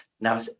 now